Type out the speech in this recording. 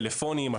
טלפונים,